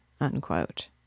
unquote